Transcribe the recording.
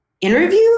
interview